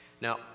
Now